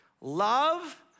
Love